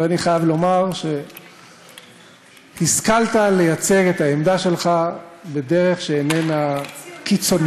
ואני חייב לומר שהשכלת לייצג את העמדה שלך בדרך שאיננה קיצונית.